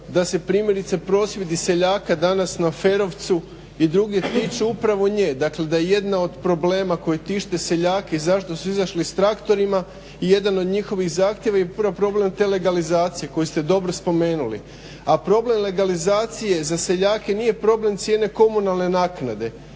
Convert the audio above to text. da se primjerice prosvjedi seljaka danas na Ferovcu i drugih tiču upravo nje, dakle da je jedna od problema koji tište seljake zašto su izašli s traktorima i jedan od njihovih zahtjeva je upravo i problem te legalizacije koju ste dobro spomenuli. A problem legalizacije za seljake nije problem cijene komunalne naknade